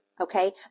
Okay